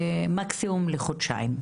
ומקסימום לחודשיים.